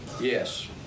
Yes